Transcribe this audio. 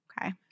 okay